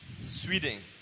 Sweden